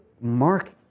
Mark